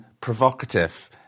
provocative